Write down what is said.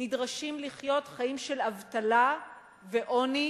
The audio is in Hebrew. נדרשים לחיות חיים של אבטלה ועוני,